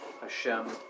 Hashem